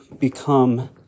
become